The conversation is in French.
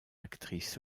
actrice